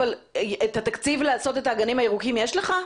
את התקציב לעשות את האגנים הירוקים יש לך?